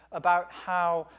about how,